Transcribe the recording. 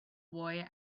boy